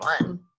one